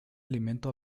alimento